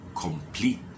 complete